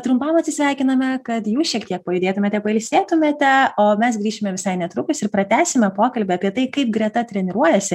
trumpam atsisveikiname kad jūs šiek tiek pajudėtumėte pailsėtumėte o mes grįšime visai netrukus ir pratęsime pokalbį apie tai kaip greta treniruojasi